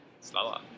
slower